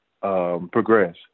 progress